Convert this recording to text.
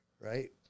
right